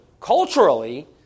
culturally